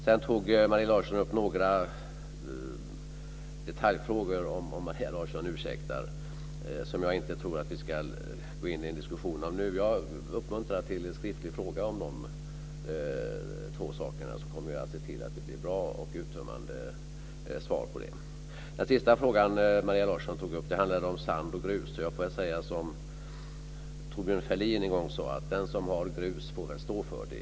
Sedan tog Maria Larsson upp några detaljfrågor, om Maria Larsson ursäktar, som jag inte tror att vi ska gå in i en diskussion om nu. Jag uppmuntrar till en skriftlig fråga om dessa saker, så kommer jag att se till att det blir bra och uttömmande svar. Den sista fråga Maria Larsson tog upp handlade om sand och grus. Jag får väl säga som Thorbjörn Fälldin en gång sade: Den som har grus får väl stå för det.